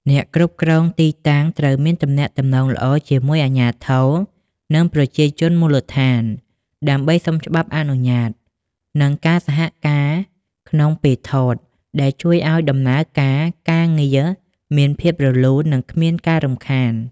អ្នកគ្រប់គ្រងទីតាំងត្រូវមានទំនាក់ទំនងល្អជាមួយអាជ្ញាធរ និងប្រជាជនមូលដ្ឋាន ដើម្បីសុំច្បាប់អនុញ្ញាត និងការសហការក្នុងពេលថត ដែលជួយឱ្យដំណើរការការងារមានភាពរលូន និងគ្មានការរំខាន។